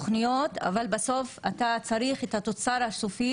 אבל בסוף אתה צריך את התוצר הסופי,